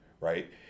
right